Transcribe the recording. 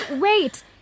wait